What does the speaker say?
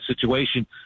situation